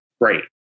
great